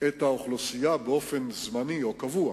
את האוכלוסייה באופן זמני או קבוע,